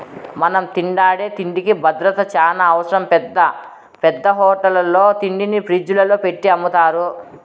మనం తింటాండే తిండికి భద్రత చానా అవసరం, పెద్ద పెద్ద హోటళ్ళల్లో తిండిని ఫ్రిజ్జుల్లో పెట్టి అమ్ముతారు